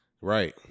Right